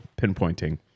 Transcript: pinpointing